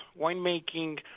Winemaking